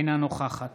אינה נוכחת